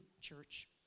church